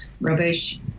rubbish